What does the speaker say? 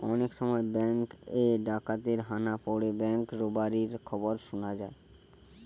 অনেক সময় বেঙ্ক এ ডাকাতের হানা পড়ে ব্যাঙ্ক রোবারির খবর শুনা যায়